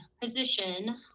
position